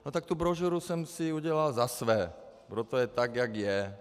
No tak tu brožuru jsem si udělal za své, proto je tak, jak je.